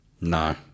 No